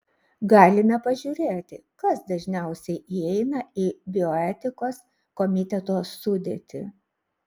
galime pažiūrėti kas dažniausiai įeina į bioetikos komiteto sudėtį